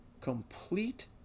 complete